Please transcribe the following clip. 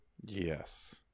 Yes